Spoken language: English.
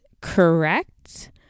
correct